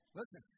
Listen